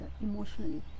emotionally